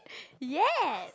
ya